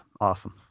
awesome